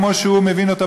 כמו שהוא מבין אותה,